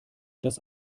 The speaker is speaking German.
das